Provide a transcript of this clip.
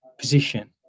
position